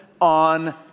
on